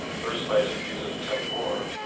first by his refusal to tell me more,